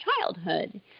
childhood